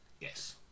yes